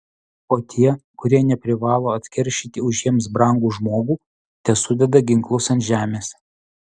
o tie kurie neprivalo atkeršyti už jiems brangų žmogų tesudeda ginklus ant žemės